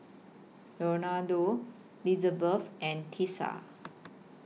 Leonardo Lizabeth and Tessa